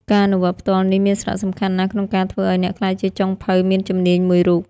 ការអនុវត្តផ្ទាល់នេះមានសារៈសំខាន់ណាស់ក្នុងការធ្វើឱ្យអ្នកក្លាយជាចុងភៅមានជំនាញមួយរូប។